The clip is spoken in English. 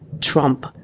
Trump